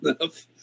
enough